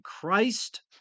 Christ